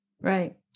Right